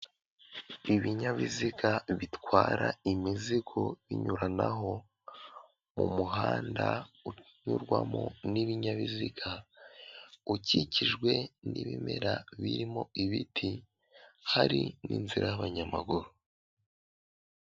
Ibinyabiziga bitwara imizigo binyuranaho umuhanda unyurwamo n'ibinyabiziga ukikijwe n'ibimera birimo ibiti, hari inzira y'abanyamaguru.